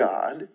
God